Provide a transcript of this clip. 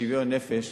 בשוויון נפש,